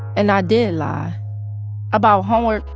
and i did lie about homework,